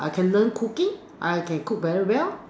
I can learn cooking I can cook very well